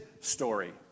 story